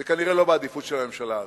זה כנראה לא בעדיפות של הממשלה הזאת.